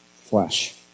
flesh